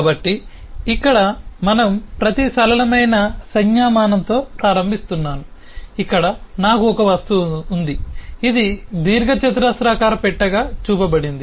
కాబట్టి ఇక్కడ మనం ప్రతి సరళమైన సంజ్ఞామానం తో ప్రారంభిస్తున్నాను ఇక్కడ నాకు ఒక వస్తువు ఉంది ఇది దీర్ఘచతురస్రాకార పెట్టెగా చూపబడింది